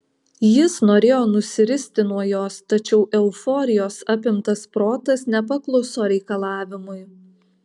jis norėjo nusiristi nuo jos tačiau euforijos apimtas protas nepakluso reikalavimui